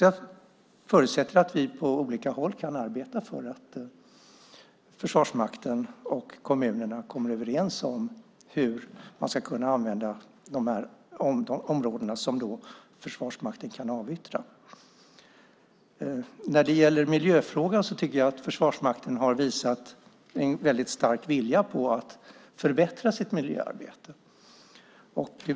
Jag förutsätter att vi på olika håll kan arbeta för att Försvarsmakten och kommunerna kommer överens om hur man ska kunna använda de områden som Försvarsmakten kan avyttra. När det gäller miljöfrågan tycker jag att Försvarsmakten har visat en väldigt stark vilja att förbättra sitt miljöarbete.